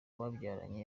babyaranye